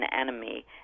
enemy